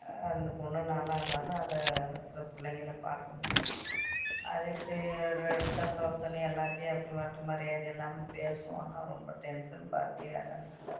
அந்த பொண்ணு நல்லா இருந்தால்தான் அதை அந்த பிள்ளைங்கள பார்க்க முடியும் அது இப்படி எடு எடுத்தோம் கவித்தோன்னு எல்லாத்தையும் எப்படி மட்டு மரியாதை இல்லாமல் பேசும் ஆனால் ரொம்ப டென்சன் பார்ட்டி வேறு அந்த பிள்ள